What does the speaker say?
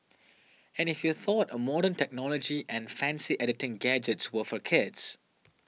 and if you thought a modern technology and fancy editing gadgets were for kids